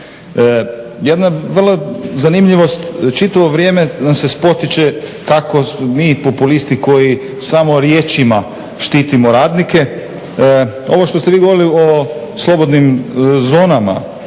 Jedna vrlo zanimljivost čitavo vrijeme nam se spotiče kako mi populisti koji samo riječima štitimo radnike. Ovo što ste vi govorili o slobodnim zonama,